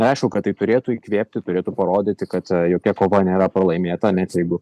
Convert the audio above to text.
aišku kad tai turėtų įkvėpti turėtų parodyti kad jokia kova nėra pralaimėta net jeigu